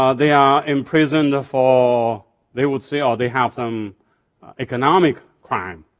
ah they are imprisoned ah for, they would say, oh they have some economic crime.